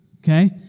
Okay